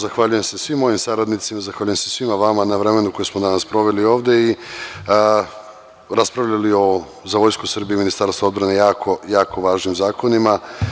Zahvaljujem se svim mojim saradnicima i zahvaljujem se svima vama na vremenu koje smo danas proveli ovde i raspravljali o za Vojsku Srbije i Ministarstvo odbrane jako važnim zakonima.